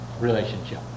relationship